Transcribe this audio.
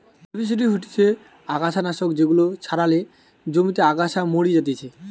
herbicide হতিছে অগাছা নাশক যেগুলা ছড়ালে জমিতে আগাছা মরি যাতিছে